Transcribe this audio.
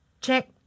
Check